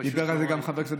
דיבר על זה גם חבר הכנסת,